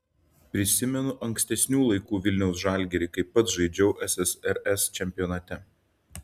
prisimenu ankstesnių laikų vilniaus žalgirį kai pats žaidžiau ssrs čempionate